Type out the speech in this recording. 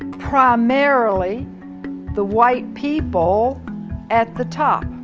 primarily the white people at the top.